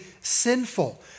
sinful